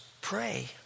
pray